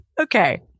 Okay